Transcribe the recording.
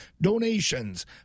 donations